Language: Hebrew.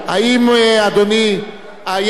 חברת הכנסת אורלי לוי, את רוצה לעלות עכשיו?